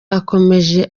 akomeze